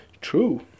true